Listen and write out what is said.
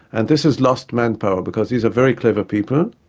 and this is lost manpower because these are very clever people,